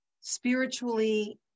spiritually